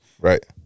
Right